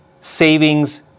savings